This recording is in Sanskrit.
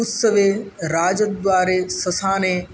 उत्सवे राजद्वारे ससाने